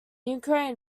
ukraine